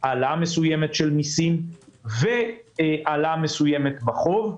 העלאה מסוימת של מיסים והעלאה מסוימת בחוב.